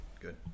good